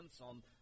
on